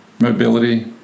mobility